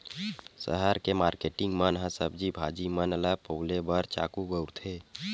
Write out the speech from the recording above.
सहर के मारकेटिंग मन ह सब्जी भाजी मन ल पउले बर चाकू बउरथे